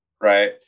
right